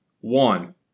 one